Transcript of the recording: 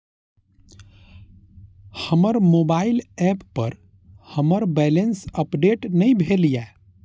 हमर mobile app पर हमर बैलेंस अपडेट ने भेल या